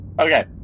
Okay